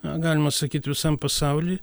na galima sakyt visam pasauly